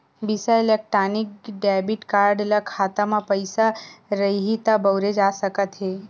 बिसा electronic debit card ल खाता म पइसा रइही त बउरे जा सकत हे